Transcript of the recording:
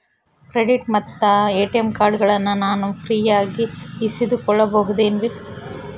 Credit ಮತ್ತ ATM ಕಾರ್ಡಗಳನ್ನ ನಾನು ಫ್ರೇಯಾಗಿ ಇಸಿದುಕೊಳ್ಳಬಹುದೇನ್ರಿ?